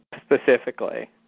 specifically